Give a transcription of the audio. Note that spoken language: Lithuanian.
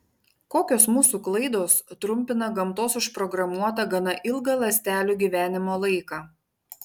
kokios mūsų klaidos trumpina gamtos užprogramuotą gana ilgą ląstelių gyvenimo laiką